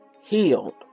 healed